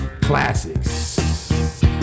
classics